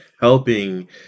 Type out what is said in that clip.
helping